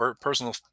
personal